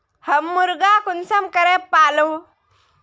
हम मुर्गा कुंसम करे पालव?